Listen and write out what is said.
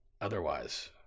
otherwise